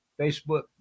facebook